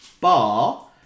bar